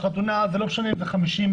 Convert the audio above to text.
לא משנה אם זה 50,